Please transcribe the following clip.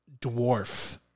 dwarf